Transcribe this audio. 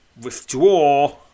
withdraw